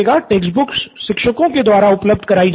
text books शिक्षकों के द्वारा उपलब्ध कराई जाएंगी